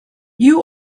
you